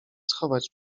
schować